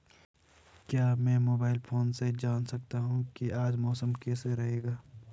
क्या मैं mobile phone से जान सकता हूँ कि आज मौसम कैसा रहेगा?